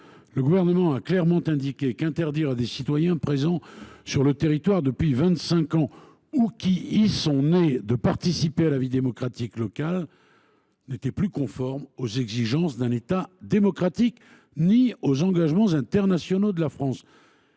Le Gouvernement a clairement indiqué qu’interdire à des citoyens qui sont présents sur le territoire depuis vingt cinq ans, ou qui y sont nés, de participer à la vie démocratique locale n’était plus conforme aux exigences d’un État démocratique ni aux engagements internationaux de la France.